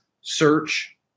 search